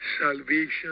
salvation